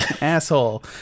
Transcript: asshole